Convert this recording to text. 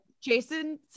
Jason